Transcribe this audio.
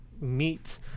meet